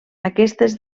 aquestes